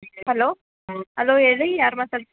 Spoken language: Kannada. ಹಲೋ ಅಲೋ ಹೇಳಿ ಯಾರು ಮಾತಾಡಿ